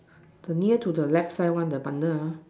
the near to the left side one the bundle ah